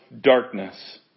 darkness